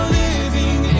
living